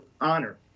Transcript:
honor